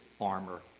armor